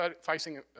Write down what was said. fighting